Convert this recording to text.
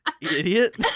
idiot